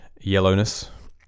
yellowness